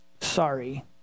sorry